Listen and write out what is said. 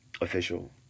official